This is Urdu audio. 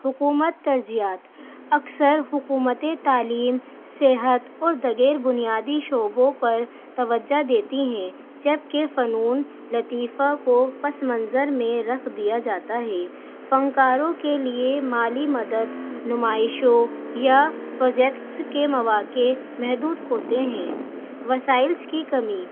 حکومت ترجیات اکثر حکومت تعلیم صحت اور دیگر بنیادی شعبوں پر توجہ دیتی ہیں جبکہ فنونِ لطیفہ کو پس منظر میں رکھ دیا جاتا ہے فنکاروں کے لیے مالی مدد نمائشوں یا پروجیکٹس کے مواقع محدود ہوتے ہیں وسائلس کی کمی